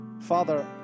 Father